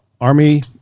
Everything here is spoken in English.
army